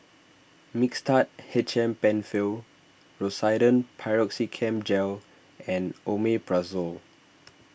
Mixtard H M Penfill Rosiden Piroxicam Gel and Omeprazole